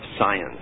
science